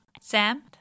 Sam